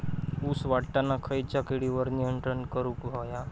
ऊस वाढताना खयच्या किडींवर नियंत्रण करुक व्हया?